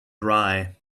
dry